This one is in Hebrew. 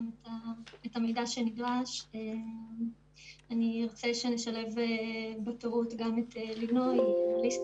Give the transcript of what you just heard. על קבלת החלטות בממשלה על בסיס נתונים ועל הרשות